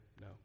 No